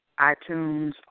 iTunes